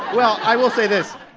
well, i will say this.